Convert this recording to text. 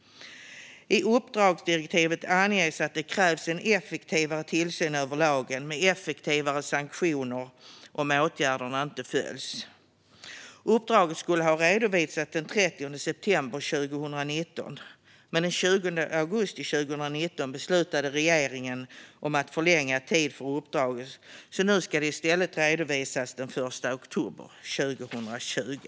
I uppdragsdirektivet anges att det krävs en effektivare tillsyn över lagen med förslag på sanktioner om åtgärder inte följs. Uppdraget skulle ha redovisats den 30 september 2019, men den 20 augusti 2019 beslutade regeringen om förlängd tid för uppdraget. Nu ska det i stället redovisas senast den 1 oktober 2020.